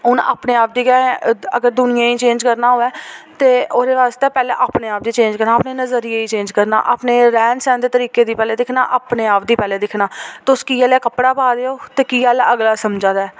हून अपने आप दी गै अगर दुनियां गी चेंज करना होऐ ते ओह्दे बास्तै पैह्ले अपने आप गी चेंज करना अपने नजरिये गी चेंज करना अपने रैह्न सैह्न दे तरीके गी पैह्ले दिक्खना अपने आप गी पैह्ले दिक्खन तुस कनेहा जेहा कपड़ा पा देओ कनेहा जेहा अगला समझा दा